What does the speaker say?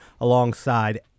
alongside